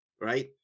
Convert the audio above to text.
right